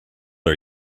are